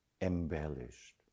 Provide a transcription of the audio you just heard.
embellished